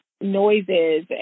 noises